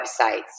websites